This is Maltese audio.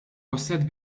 waslet